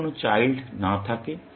যদি কোন চাইল্ড না থাকে